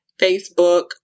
Facebook